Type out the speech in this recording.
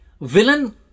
Villain